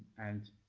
and